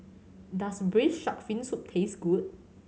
does Braised Shark Fin Soup taste good